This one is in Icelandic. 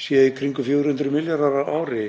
sé í kringum 400 milljarðar á ári